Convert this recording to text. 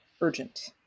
urgent